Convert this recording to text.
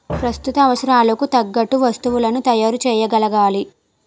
ప్రస్తుత అవసరాలకు తగ్గట్టుగా వస్తువులను తయారు చేయగలగాలి